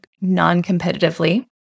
non-competitively